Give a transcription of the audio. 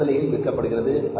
அந்த விலையில் விற்கப்படுகிறது